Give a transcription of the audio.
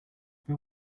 but